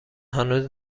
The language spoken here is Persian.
هنوز